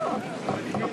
יגיד.